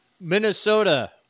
Minnesota